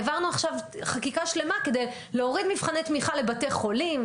העברנו עכשיו חקיקה שלמה כדי להוריד מבחני תמיכה לבתי חולים,